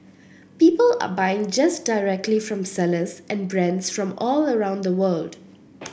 people are buying just directly from sellers and brands from all around the world